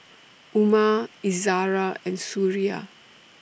Umar Izzara and Suria